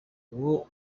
uwo